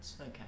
Okay